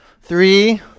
three